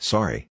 Sorry